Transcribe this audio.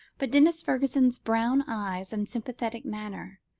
but denis fergusson's brown eyes and sympathetic manner,